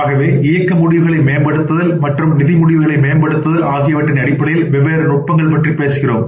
ஆகவே இயக்க முடிவுகளை மேம்படுத்துதல் மற்றும் நிதி முடிவுகளை மேம்படுத்துதல் ஆகியவற்றின் அடிப்படையில் வெவ்வேறு நுட்பங்கள் பற்றி பேசுகிறோம்